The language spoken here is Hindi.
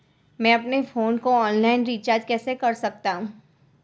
मैं अपने फोन को ऑनलाइन रीचार्ज कैसे कर सकता हूं?